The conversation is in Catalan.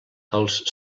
els